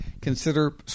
consider